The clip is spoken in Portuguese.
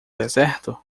deserto